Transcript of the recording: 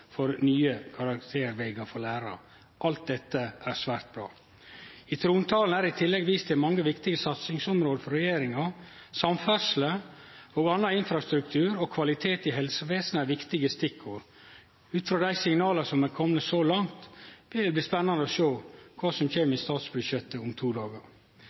for nye karrierevegar for lærarar. Alt dette er svært bra. I trontalen er det i tillegg vist til mange viktige satsingsområde frå regjeringa. Samferdsle og annan infrastruktur og kvalitet i helsevesenet er viktige stikkord. Ut frå dei signala som er komne så langt, vil det bli spennande å sjå kva som kjem i statsbudsjettet om to dagar.